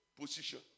position